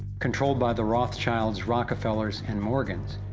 controlled by the rothschilds, rockefellers and morgans,